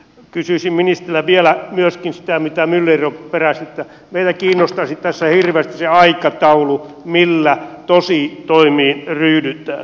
kysyisin ministeriltä vielä myöskin sitä mitä myller jo peräsi että meitä kiinnostaisi tässä hirveästi se aikataulu millä tositoimiin ryhdytään